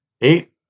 Eight